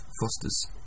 fosters